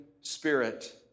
spirit